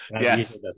Yes